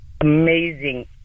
amazing